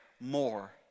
more